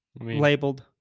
labeled